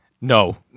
No